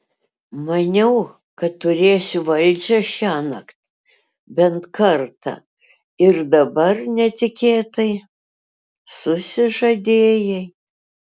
maniau kad turėsiu valdžią šiąnakt bent kartą ir dabar netikėtai susižadėjai